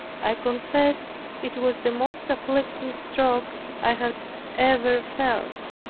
i confess it was the most afflicting stroke i had ever felt.